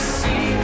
see